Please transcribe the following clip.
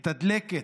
מתדלקת,